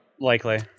Likely